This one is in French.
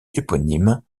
éponyme